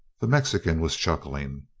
the mexican was chuckling.